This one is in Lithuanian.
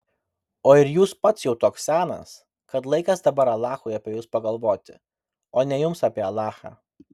o ir jūs pats jau toks senas kad laikas dabar alachui apie jus pagalvoti o ne jums apie alachą